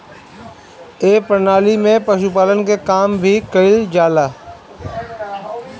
ए प्रणाली में पशुपालन के काम भी कईल जाला